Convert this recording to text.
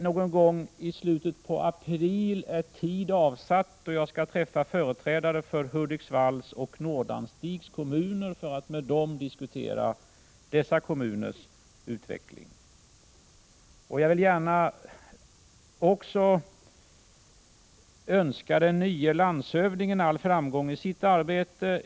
Någon gång i slutet av april är tid avsatt för att jag skall träffa företrädare för Hudiksvalls och Nordanstigs kommuner och med dem diskutera dessa kommuners utveckling. Jag vill gärna också önska den nye landshövdingen all framgång i sitt arbete.